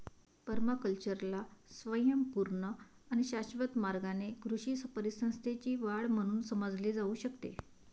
पर्माकल्चरला स्वयंपूर्ण आणि शाश्वत मार्गाने कृषी परिसंस्थेची वाढ म्हणून समजले जाऊ शकते